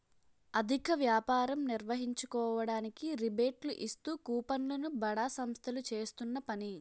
అధిక వ్యాపారం నిర్వహించుకోవడానికి రిబేట్లు ఇస్తూ కూపన్లు ను బడా సంస్థలు చేస్తున్న పని